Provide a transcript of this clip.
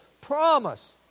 promise